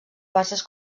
bases